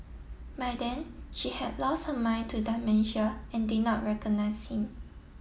by then she had lost her mind to dementia and did not recognise him